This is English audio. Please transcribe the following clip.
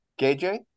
KJ